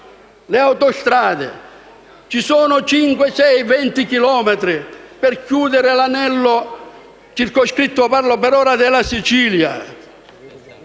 le autostrade. Ci sono circa 20 chilometri per chiudere l'anello circoscritto. Parlo, per ora, della Sicilia.